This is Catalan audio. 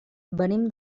venim